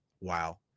Wow